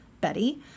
Betty